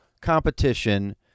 competition